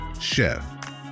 chef